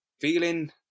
feeling